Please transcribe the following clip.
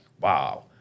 wow